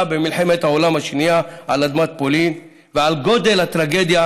במלחמת העולם השנייה על אדמת פולין וגודל הטרגדיה